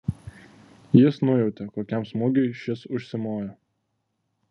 jis nujautė kokiam smūgiui šis užsimojo